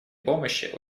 помощи